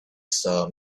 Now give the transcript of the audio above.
saw